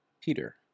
Peter